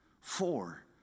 Four